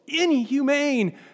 inhumane